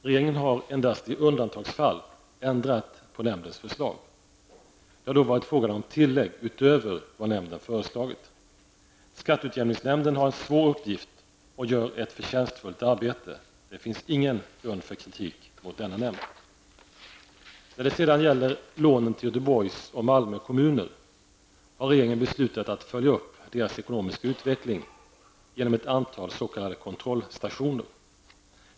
Regeringen har endast i undantagsfall ändrat nämndens förslag. Det har då varit fråga om tillägg utöver vad nämnden har föreslagit. Skatteutjämningsnämnden har en svår uppgift och gör ett förtjänstfullt arbete. Det finns ingen grund för kritik mot denna nämnd. När det sedan gäller lånen till Göteborgs och Malmö kommuner har regeringen beslutat att följa upp deras ekonomiska utveckling genom ett antal s.k. kontrollstationer.